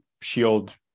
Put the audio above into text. shield